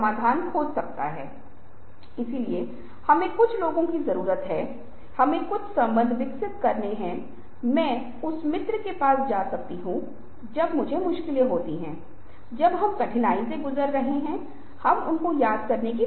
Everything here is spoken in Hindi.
पाठ पहले रोजमर्रा की जिंदगी का एक हिस्सा था बहुत बार लोग नोट लेते थे आज मैंने पाया है कि कई लोग रिकॉर्डिंग शुरू करते हैं या तो ऑडियो वीडियो के माध्यम से एक बात जो नोट करने के बजाय हो रही है बजाय ध्यान से सुनना जहां स्मृति एक महत्वपूर्ण भूमिका निभाती है